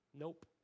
Nope